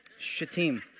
shatim